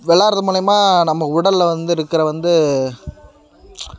விளாட்றது மூலிமா நம்ம உடலில் வந்து இருக்கிற வந்து